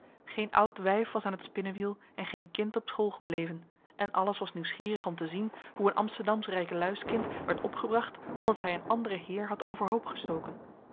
geen oud wijf was aan t spinnewiel en geen kind op school gebleven en alles was nieuwsgierig om te zien hoe een amsterdamsch rijkeluiskind werd opgebracht omdat hij een andere heer had overhoop gestoken